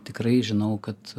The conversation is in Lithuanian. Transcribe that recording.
tikrai žinau kad